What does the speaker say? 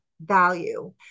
value